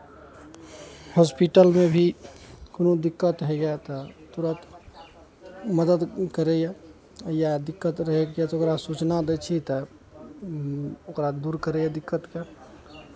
हॉस्पिटलमे भी कोनो दिक्कत होइए तऽ तुरन्त मदति करैए या दिक्कत रहै छै ओकरा सूचना दै छियै तऽ ओकरा दूर करैए दिक्कतकेँ